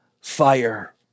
fire